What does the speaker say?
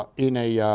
ah in a